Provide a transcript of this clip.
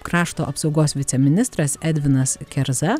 krašto apsaugos viceministras edvinas kerza